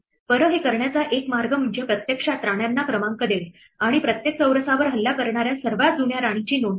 बरं हे करण्याचा एक मार्ग म्हणजे प्रत्यक्षात राण्यांना क्रमांक देणे आणि प्रत्येक चौरसावर हल्ला करणाऱ्या सर्वात जुन्या राणीची नोंद करणे